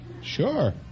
Sure